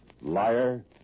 Liar